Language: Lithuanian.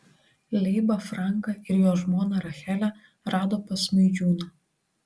leibą franką ir jo žmoną rachelę rado pas smaidžiūną